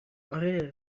آره